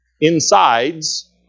insides